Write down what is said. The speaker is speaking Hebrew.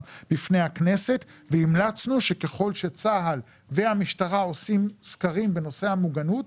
בפני הכנסת והמלצנו שככל שצה"ל והמשטרה עושים סקרים בנושא המוגנות,